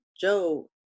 Joe